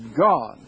God